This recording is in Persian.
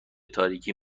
تاریکی